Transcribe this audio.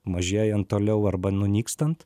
mažėjant toliau arba nunykstant